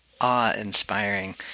awe-inspiring